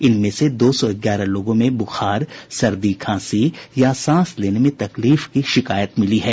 इनमें से दो सौ ग्यारह लोगों में बुखार सर्दी खांसी या सांस लेने में तकलीफ की शिकायत मिली है